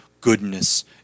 goodness